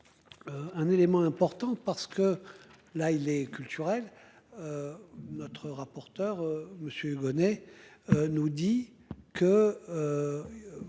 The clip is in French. Un élément important parce que là, il est culturel. Notre rapporteur monsieur Hugonnet. Nous dit. Oui.